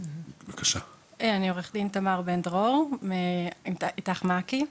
אני עו"ד תמר בן דרור, מ-'איתך מעכי'.